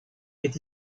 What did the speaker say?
est